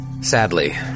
Sadly